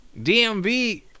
dmv